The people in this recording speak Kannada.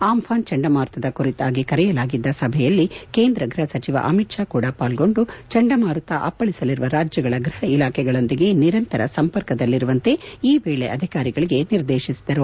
ಆಂಘಾನ್ ಚಂಡಮಾರುತದ ಕುರಿತಾಗಿ ಕರೆಯಲಾಗಿದ್ದ ಸಭೆಯಲ್ಲಿ ಕೇಂದ್ರ ಗೃಹ ಸಚಿವ ಅಮಿತ್ ಶಾ ಕೂಡ ಪಾಲ್ಗೊಂಡು ಚಂಡಮಾರುತ ಅಪ್ಪಳಿಸಲಿರುವ ರಾಜ್ಞಗಳ ಗೃಹ ಇಲಾಖೆಗಳೊಂದಿಗೆ ನಿರಂತರ ಸಂಪರ್ಕದಲ್ಲಿರುವಂತೆ ಈ ವೇಳೆ ಅಧಿಕಾರಿಗಳಿಗೆ ನಿರ್ದೇತಿಸಿದರು